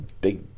big